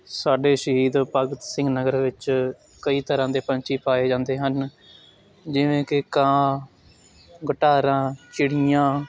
ਸਾਡੇ ਸ਼ਹੀਦ ਭਗਤ ਸਿੰਘ ਨਗਰ ਵਿੱਚ ਕਈ ਤਰ੍ਹਾਂ ਦੇ ਪੰਛੀ ਪਾਏ ਜਾਂਦੇ ਹਨ ਜਿਵੇਂ ਕਿ ਕਾਂ ਗਟਾਰਾਂ ਚਿੜੀਆਂ